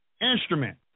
Instrument